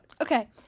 Okay